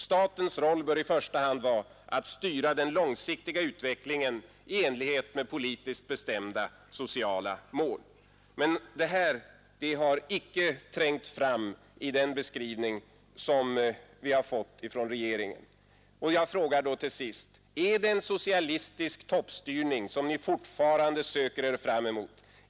Statens roll bör i första hand vara att styra den långsiktiga utvecklingen i enlighet med politiskt bestämda, sociala mål. Men detta har inte trängt fram i den beskrivning som vi har fått från regeringen. Jag frågar då till sist: Är det en socialistisk toppstyrning som ni fortfarande söker er fram emot?